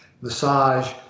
Massage